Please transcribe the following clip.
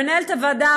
למנהלת הועדה,